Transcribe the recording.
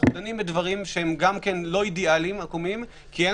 אנחנו דנים בדברים שהם לא אידאליים כי אין